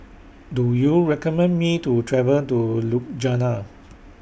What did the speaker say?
Do YOU recommend Me to travel to Ljubljana